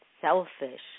selfish